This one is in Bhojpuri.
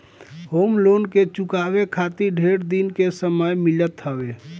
होम लोन के चुकावे खातिर ढेर दिन के समय मिलत हवे